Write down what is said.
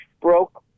broke